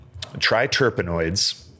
triterpenoids